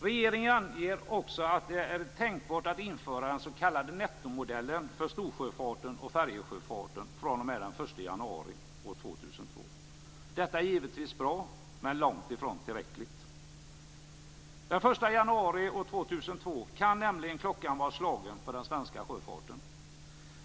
Regeringen anger också att det är tänkbart att man inför den s.k. nettomodellen för storsjöfarten och färjesjöfarten fr.o.m. den 1 januari år 2002. Detta är givetvis bra, men det är långt ifrån tillräckligt. Den 1 januari år 2002 kan nämligen klockan vara slagen för den svenska sjöfarten.